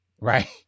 Right